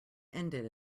ended